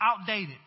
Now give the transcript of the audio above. outdated